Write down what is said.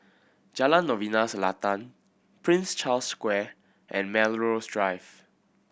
Jalan Novena Selatan Prince Charles Square and Melrose Drive